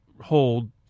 hold